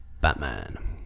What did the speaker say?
Batman